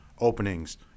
openings